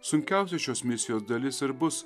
sunkiausia šios misijos dalis ir bus